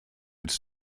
its